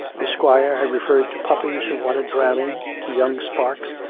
the squire had referred to puppies who wanted drowning, to young sparks,